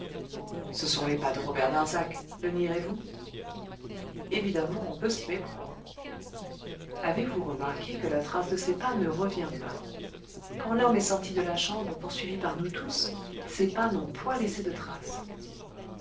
ce sont les pas de robert darzac le nierez-vous évidemment on peut s'y méprendre avez-vous remarqué que la trace de ces pas ne revient pas quand l'homme est sorti de la chambre poursuivi par nous tous ses pas n'ont point laissé de traces